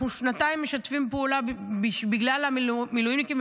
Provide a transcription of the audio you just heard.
אנחנו שנתיים משתפים פעולה בגלל המילואימניקים,